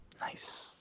Nice